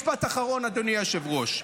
משפט אחרון, אדוני היושב-ראש.